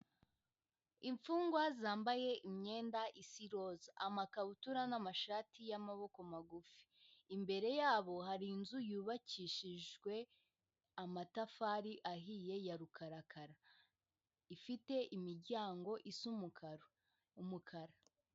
Imfungwa zambaye imyenda isa iroza, amakabutura n'amashati y'amaboko magufi, imbere yabo hari inzu yubakishijwe amatafari ahiye ya rukarakara, ifite imiryango isa umukara.